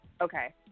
Okay